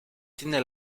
tiene